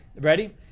ready